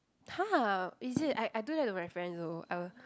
!huh! is it I I do that to my friends also I will